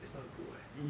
it's not good [what]